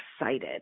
excited